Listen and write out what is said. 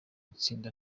itsinda